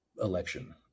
election